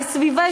לסביבה.